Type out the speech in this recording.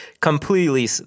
completely